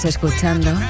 escuchando